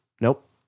Nope